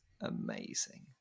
amazing